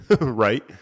right